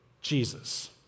Jesus